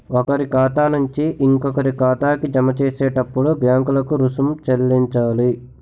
ఒకరి ఖాతా నుంచి ఇంకొకరి ఖాతాకి జమ చేసేటప్పుడు బ్యాంకులకు రుసుం చెల్లించాలి